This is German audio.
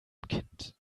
kind